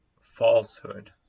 falsehood